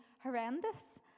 horrendous